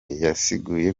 yasiguye